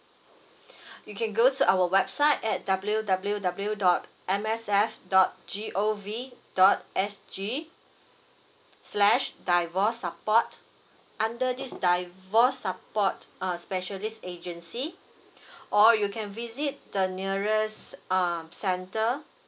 you can go to our website at W W W dot M S F dot G O V dot S G slash divorce support under this divorce support uh specialist agency or you can visit the nearest uh center